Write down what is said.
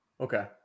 Okay